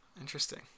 Interesting